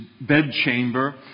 bedchamber